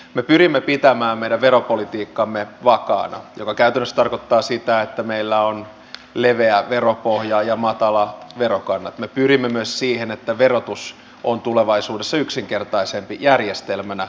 me pyrimme pitämään meitä veropolitiikkamme vakaan hyvä käytös tarkoittaa sitä että meillä on leveä veropohjaa ja matala verokannat me pyrimme myös siihen että verotus on tulevaisuudessa yksinkertaisempi järjestelmänä